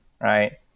right